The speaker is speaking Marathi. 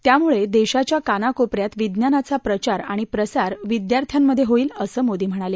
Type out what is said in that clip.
त्यामुळे देशाच्या कानाकोपऱ्यात विज्ञानाचा प्रचार आणि प्रसार विद्यार्थ्यांमध्ये होईल असं मोदी म्हणाले